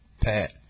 Pat